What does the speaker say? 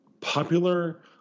popular